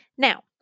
Now